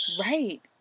right